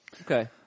Okay